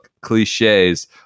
cliches